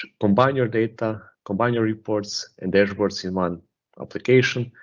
combine your data, combine your reports and dashboards in one application,